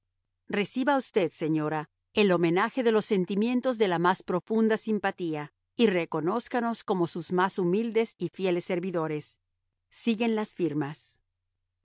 reciba usted señora el homenaje de los sentimientos de la más profunda simpatía y reconózcanos como sus más humildes y fieles servidores siguen las firmas x la